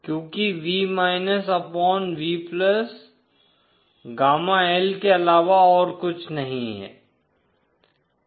क्योंकि V upon V gamma L के अलावा और कुछ नहीं है